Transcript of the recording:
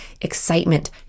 excitement